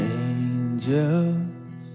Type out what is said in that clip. angels